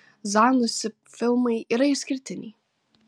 zanussi filmai yra išskirtiniai